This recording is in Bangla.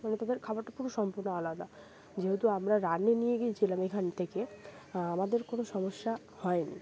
মানে তাদের খাবারটা পুরো সম্পূর্ণ আলাদা যেহেতু আমরা রান্নি নিয়ে গিয়েছিলাম এখান থেকে আমাদের কোনো সমস্যা হয়নি